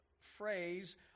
phrase